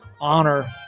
honor